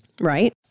Right